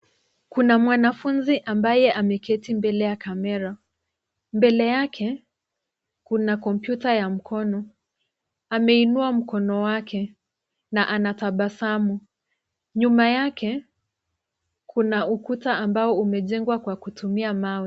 Kuna mwanafunzi ambaye ameketi mbele ya kamera, mbele yake, kuna kompyuta ya mkono, ameinua mkono wake na anatabasamu. Nyuma yake, kuna ukuta ambao umejengwa kwa kutumia mawe.